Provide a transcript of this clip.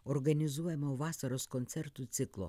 organizuojamo vasaros koncertų ciklo